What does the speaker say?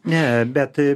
ne bet